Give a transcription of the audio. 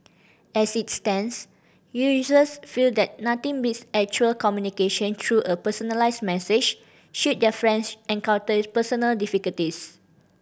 as it stands users feel that nothing beats actual communication through a personalised message should their friends encounter personal difficulties